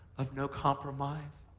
of no compromise,